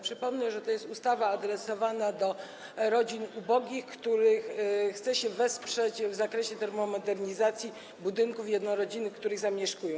Przypomnę, że to jest ustawa adresowana do rodzin ubogich, które chce się wesprzeć w zakresie termomodernizacji budynków jednorodzinnych, w których zamieszkują.